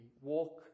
Walk